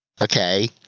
Okay